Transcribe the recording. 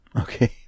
Okay